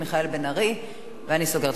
מיכאל בן-ארי,